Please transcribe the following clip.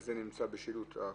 הקנס הזה נמצא בשילוט?